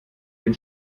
den